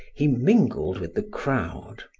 he mingled with the crowd.